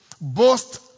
boast